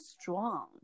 strong